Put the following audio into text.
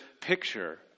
picture